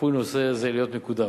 צפוי נושא זה להיות מקודם.